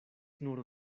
nur